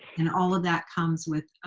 and all of that comes with